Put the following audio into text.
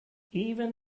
even